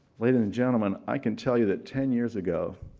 ladies and gentleman, i can tell you that ten years ago,